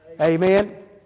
Amen